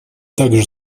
также